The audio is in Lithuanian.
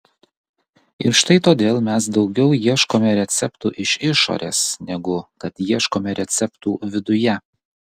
ir štai todėl mes daugiau ieškome receptų iš išorės negu kad ieškome receptų viduje